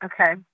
Okay